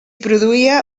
produïa